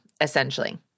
essentially